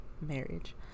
marriage